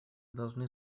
должны